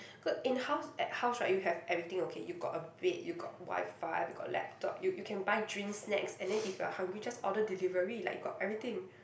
cause in house at house right you have everything okay you got a bed you got WiFi you got laptop you you can buy drinks snacks and then if you're hungry just order delivery like got everything